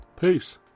Peace